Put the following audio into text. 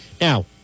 Now